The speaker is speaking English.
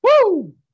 Woo